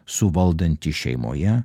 suvaldantį šeimoje